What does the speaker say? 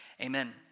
amen